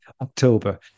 October